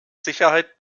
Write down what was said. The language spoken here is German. sicherheit